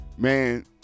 Man